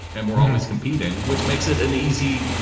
and we're always competing, which makes it an easy,